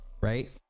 Right